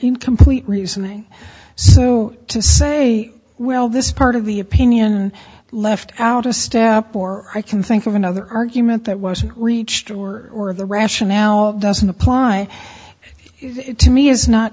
incomplete reasoning so to say well this part of the opinion left out a step or i can think of another argument that wasn't reached or or the rationale doesn't apply it to me is not